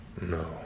No